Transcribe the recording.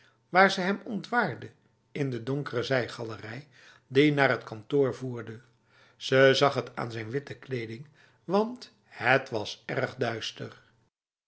waar ze hem ontwaarde in de donkere zijgalerij die naar het kantoor voerde ze zag het aan zijn witte kleding want het was erg duister